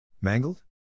Mangled